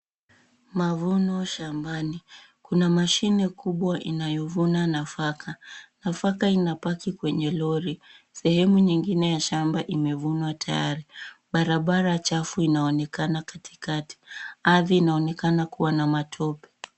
Mavuno shambani; kuna mashine kubwa inayovuna nafaka. Nafaka inapaki kwenye lori. Sehemu nyingine ya shamba imevunwa tayari. Barabara chafu inaonekana katikati. Ardhi inaonekana kuwa na matope.